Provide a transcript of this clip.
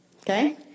Okay